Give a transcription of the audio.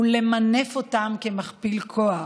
ולמנף אותם כמכפיל כוח.